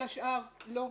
כל השאר לא.